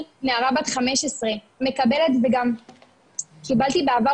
אני נערה בת 15 מקבלת וגם קיבלתי בעבר